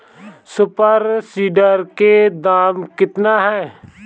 Super seeder के दाम केतना ह?